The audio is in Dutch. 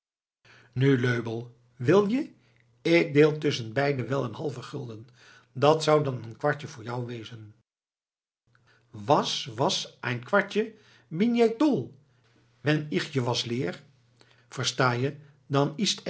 nu löbell wil je k deel tusschenbeide wel een halven gulden dat zou dan een kwartje voor jou wezen was was ein kwartje bin jij toll wenn ich je was leer versta je dan